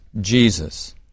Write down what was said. Jesus